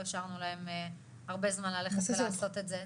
לא השארנו להם הרבה זמן ללכת ולעשות את זה.